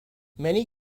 many